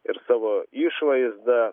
ir savo išvaizda